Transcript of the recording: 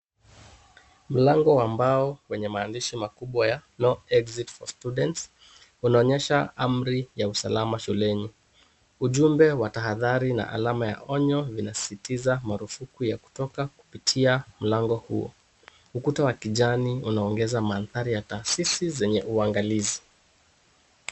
Mlango wa mbao wenye maandishi makubwa ya no exit for students unaonyesha amri ya usalama shuleni. Ujumbe wa tahadhari na alama ya onyo vinasisitiza marufuku ya kutoka kupitia mlango huo. Ukuta wa kijani unaongeza maandhari ya taasisi zenye uangalizi.